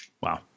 Wow